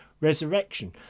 resurrection